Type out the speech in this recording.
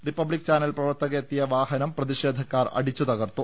republic channel പ്രവർത്തക എത്തിയ വാഹനം പ്രതിഷേധക്കാർ അടിച്ചു തകർത്തു